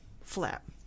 flap